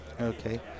Okay